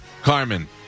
Carmen